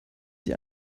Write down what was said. die